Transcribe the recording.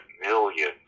million